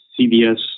CBS